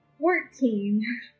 Fourteen